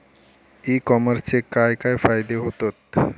E कॉमर्सचे काय काय फायदे होतत?